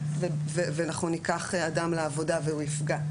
ואנחנו ניקח אדם לעבודה והוא יפגע.